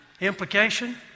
Implication